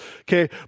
Okay